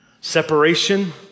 Separation